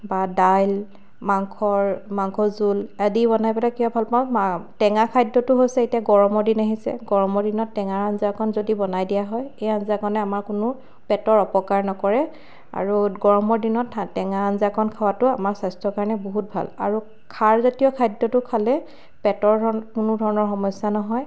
বা দাইল মাংসৰ মাংস জোল আদি বনাই পেলাই কিয় ভাল পাওঁ মা টেঙা খাদ্যটো হৈছে এতিয়া গৰমৰ দিন আহিছে গৰমৰ দিনত যদি টেঙা আঞ্জাকণ যদি বনাই দিয়া হয় এই আঞ্জাকণে কোনো পেটৰ অপকাৰ নকৰে আৰু গৰমৰ দিনত টেঙা আঞ্জাকণ খোৱাটো আমাৰ স্বাস্থ্যৰ কাৰণে বহুত ভাল আৰু খাৰজাতীয় খাদ্যটো খালে পেটৰ মানে কোনো সমস্যা নহয়